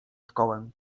szkołę